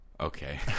Okay